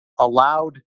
allowed